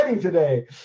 today